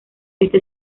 este